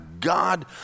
God